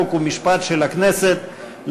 חוק ומשפט נתקבלה.